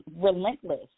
relentless